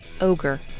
ogre